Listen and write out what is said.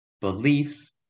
belief